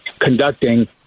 conducting